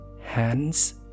hands